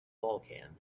vulkan